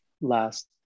last